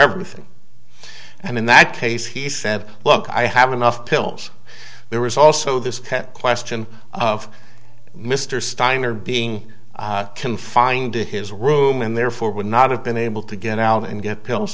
everything and in that case he said look i have enough pills there was also this question of mr steiner being confined to his room and therefore would not have been able to get out and get pills